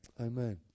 amen